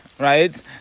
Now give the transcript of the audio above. Right